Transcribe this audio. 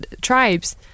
tribes